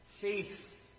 Faith